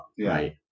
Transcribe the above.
right